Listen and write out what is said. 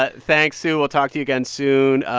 but thanks, sue. we'll talk to you again soon.